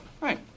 Right